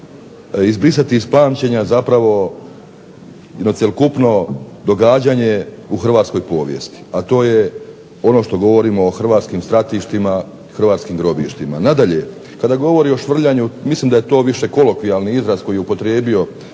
izbrisati iz pamćenja zapravo jedno cjelokupno događanje u hrvatskoj povijesti, a to je ono što govorimo o hrvatskim stratištima, hrvatskim grobištima. Nadalje, kada govori o švrljanju mislim da je to više kolokvijalni izraz koji je upotrijebio,